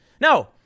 No